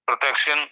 Protection